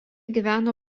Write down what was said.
gyveno